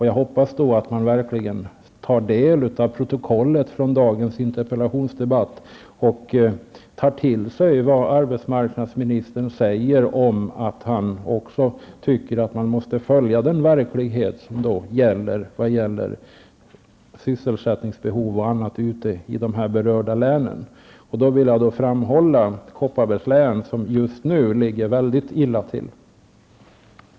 Jag hoppas verkligen att man på detta verk läser protokollet från dagens interpellationsdebatt och tar till sig vad arbetsmarknadsministern säger. Han påpekar att det gäller att anpassa sig till den verklighet som råder beträffande sysselsättningsbehov och annat ute i berörda län. Jag vill framhålla att Kopparbergs län i dessa avseenden ligger mycket illa till just nu.